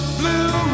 blue